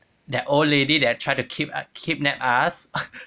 that old lady that try to kid~ kidnap us